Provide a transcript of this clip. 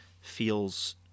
feels